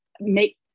make